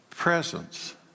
Presence